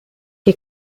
che